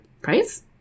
price